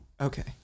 Okay